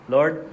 Lord